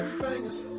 fingers